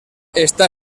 està